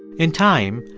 in time,